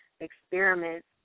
experiments